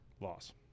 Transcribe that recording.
Loss